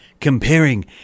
comparing